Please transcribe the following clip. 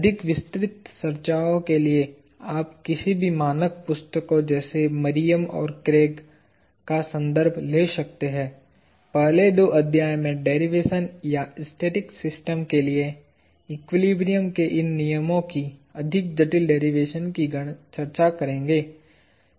अधिक विस्तृत चर्चाओं के लिए आप किसी भी मानक पाठ्य पुस्तकों जैसे मरियम और क्रेग का संदर्भ ले सकते हैं पहले दो अध्याय में डेरिवेशन या स्टैटिक सिस्टम के लिए एक्विलिब्रियम के इन नियमों की अधिक जटिल डेरिवेशन की चर्चा करेंगे